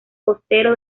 costero